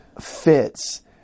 fits